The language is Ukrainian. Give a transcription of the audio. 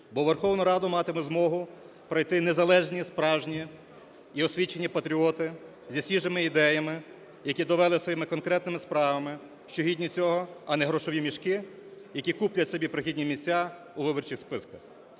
в Верховну Раду матиме змогу пройти незалежні, справжні і освічені патріоти зі свіжими ідеями, які довели своїми конкретними справами, що гідні цього, а не "грошові мішки", які куплять собі прохідні місця у виборчих списках.